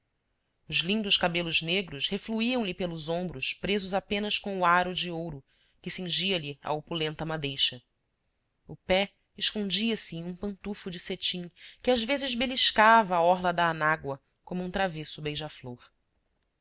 os lindos cabelos negros refluíam lhe pelos ombros presos apenas com o aro de ouro que cingialhe a opulenta madeixa o pé escondia se em um pantufo de cetim que às vezes beliscava a orla da anágua como um travesso